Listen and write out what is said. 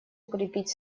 укрепить